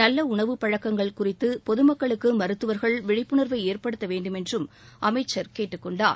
நல்ல உணவுப்பழக்கங்கள் குறித்து பொதுமக்களுக்கு மருத்துவர்கள் விழிப்புணர்வை ஏற்படுத்த வேண்டுமென்றும் அமைச்சர் கேட்டுக் கொண்டார்